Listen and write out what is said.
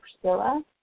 Priscilla